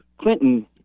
Clinton